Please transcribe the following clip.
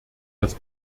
das